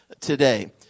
today